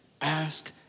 ask